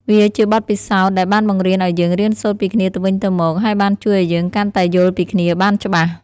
វាជាបទពិសោធន៍ដែលបានបង្រៀនឲ្យយើងរៀនសូត្រពីគ្នាទៅវិញទៅមក ហើយបានជួយឱ្យយើងកាន់តែយល់ពីគ្នាបានច្បាស់។